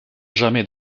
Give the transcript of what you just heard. jamais